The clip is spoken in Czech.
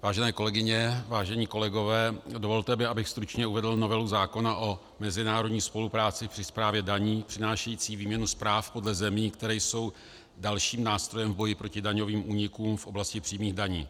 Vážené kolegyně, vážení kolegové, dovolte mi, abych stručně uvedl novelu zákona o mezinárodní spolupráci při správě daní přinášející výměnu zpráv podle zemí, které jsou dalším nástrojem v boji proti daňovým únikům v oblasti přímých daní.